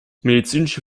medizinische